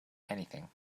anything